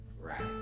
Right